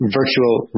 virtual